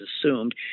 assumed